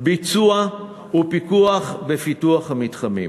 ביצוע ופיקוח בפיתוח המתחמים,